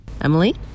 Emily